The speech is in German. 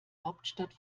hauptstadt